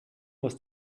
was